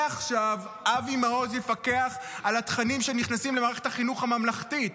מעכשיו אבי מעוז יפקח על התכנים שנכנסים למערכת החינוך הממלכתית,